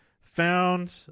found